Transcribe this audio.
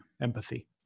empathy